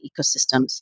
ecosystems